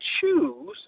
choose